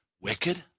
wicked